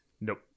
Nope